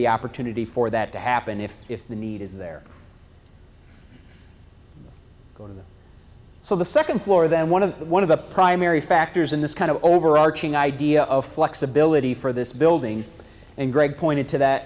the opportunity for that to happen if if the need is there going for the second floor then one of one of the primary factors in this kind of overarching idea of flexibility for this building and greg pointed to that